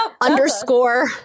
underscore